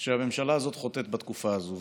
שהממשלה הזאת חוטאת בו בתקופה הזו.